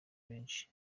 benshi